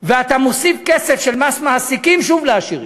ואתה מוסיף כסף של מס מעסיקים, שוב לעשירים.